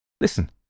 Listen